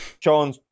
John